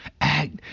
act